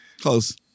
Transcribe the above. close